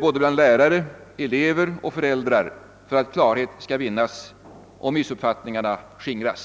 både bland lärare och elever och föräldrar för att rådande missuppfattningar skall skingras.